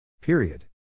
Period